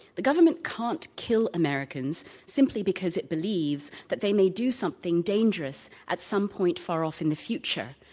the government can't kill americans simply because it believes that they may do something dangerous at some point far off in the future.